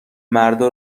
مردا